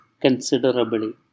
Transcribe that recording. considerably